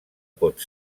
pot